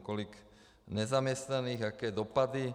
Kolik nezaměstnaných, jaké dopady.